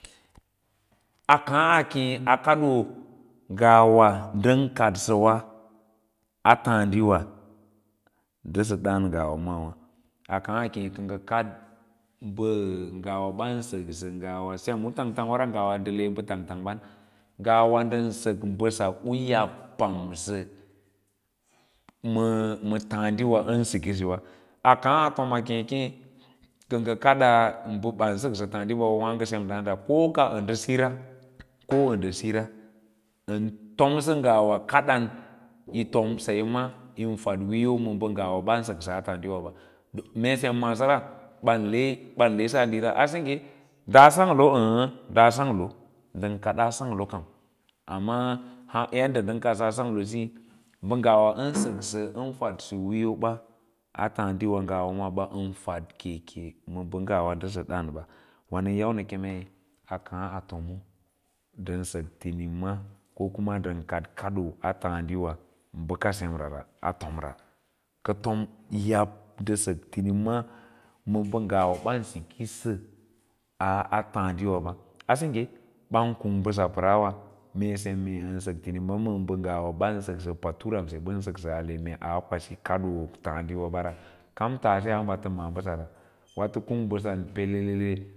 a ka akee a kadoo ngau ndan kadsawa a taadiwa ndasa daan ngawa maawa a ka akee ka nga kad mba u ban saka ngawawa sem u tangtang wara ngana nfda le mba tangtang bam, ngawa nda sak mbasa u yab pamsa maa thadiwa an sikisawa a kaa a keme kee keeyi ka kada mba ban saksa taadiwawa waaago nga sem daadawa ko ka nda sira kon sira an tomsa ngwa kadan yi tom saye ma yin fadwiiyo ma mba ngawa an saksaa taadiwa ba mee sem maaso ra ban le sa diira a sengge daa sangl aa aa da tanglo ndan kadaa sang kam amma yadda ndan kadsaa sanglosiya mba ngawa andaksa an fadsa wiyo ba a naadwa ngawa maa ba na fad keke ma ngawa ndasa daan wan au yau na kemei a kaa tomo ndan sak thinma ko kuma ndan kad kadoo taatwa baka saurara a tomra o yi yab nda sa tinima ma mba ngawaban an sikisa a tandiwaba a sengge bau kung mbas a paraawa mee se mee an sak tinims ma mba ngawa san saksa paturama sa ba saksa mee aa kwai kadoo taasiwabara kau taasa hambs ta maa basa ra wa tan kung mbasan pelelele.